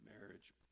marriage